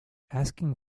asking